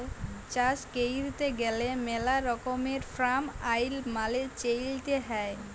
চাষ ক্যইরতে গ্যালে ম্যালা রকমের ফার্ম আইল মালে চ্যইলতে হ্যয়